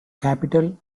capital